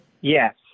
Yes